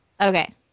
Okay